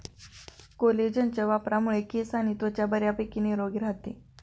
कोलेजनच्या वापरामुळे केस आणि त्वचा बऱ्यापैकी निरोगी राहते